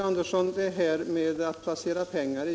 Herr talman!